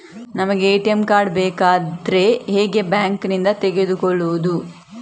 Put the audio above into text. ನಮಗೆ ATM card ಬೇಕಾದ್ರೆ ಹೇಗೆ ಬ್ಯಾಂಕ್ ನಿಂದ ತೆಗೆದುಕೊಳ್ಳುವುದು?